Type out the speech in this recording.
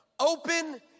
Open